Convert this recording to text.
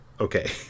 Okay